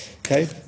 Okay